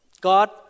God